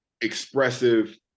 expressive